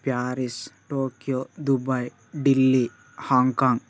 Paris Tokyo Dubai Delhi Hong Kong